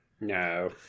No